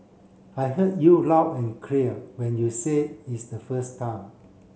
I heard you loud and clear when you said it's the first time